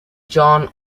john